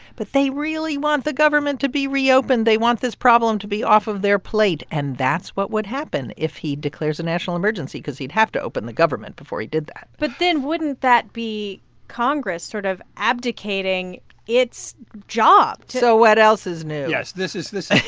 but they really want the government to be reopened. they want this problem to be off of their plate. and that's what would happen if he declares a national emergency because he'd have to open the government before he did that but then wouldn't that be congress sort of abdicating its job to. so what else is new? yes. this is.